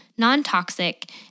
non-toxic